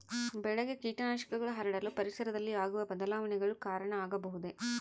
ಬೆಳೆಗೆ ಕೇಟನಾಶಕಗಳು ಹರಡಲು ಪರಿಸರದಲ್ಲಿ ಆಗುವ ಬದಲಾವಣೆಗಳು ಕಾರಣ ಆಗಬಹುದೇ?